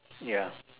ya